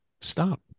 stop